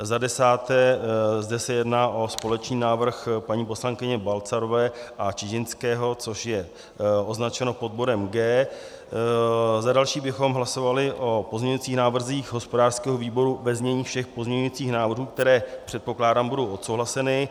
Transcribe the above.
Za desáté, zde se jedná o společný návrh paní poslankyně Balcarové a Čižinského, což je označeno pod bodem G. Za další bychom hlasovali o pozměňujících návrzích hospodářského výboru ve znění všech pozměňujících návrhů, které, předpokládám, budou odsouhlaseny.